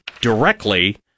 directly